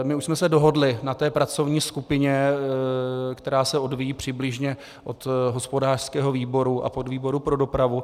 My už jsme se dohodli na té pracovní skupině, která se odvíjí přibližně od hospodářského výboru a podvýboru pro dopravu.